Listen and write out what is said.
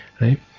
right